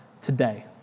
today